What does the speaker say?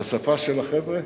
בשפה של החבר'ה,